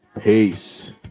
peace